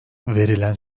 verilen